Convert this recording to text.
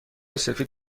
سفید